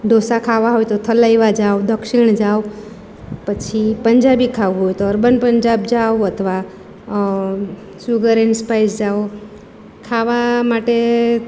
ઢોંસા ખાવા હોય તો થલાઈવા જાઓ દક્ષિણ જાઓ પછી પંજાબી ખાવું હોય તો અર્બન પંજાબ જાઓ અથવા સુગર એન સ્પાઇસ જાઓ ખાવા માટે